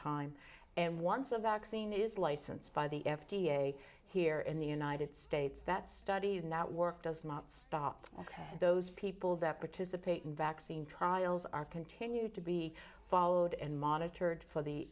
time and once a vaccine is licensed by the f d a here in the united states that studies not work does not stop ok those people that participate in vaccine trials are continued to be followed and monitored for the